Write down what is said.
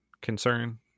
concern